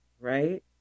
right